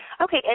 Okay